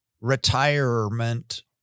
retirement